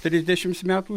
trisdešimt metų